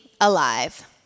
alive